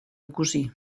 ikusi